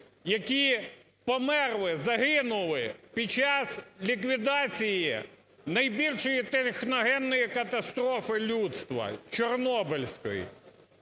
які померли, загинули під час ліквідації най більшої техногенної катастрофи людства – Чорнобильської.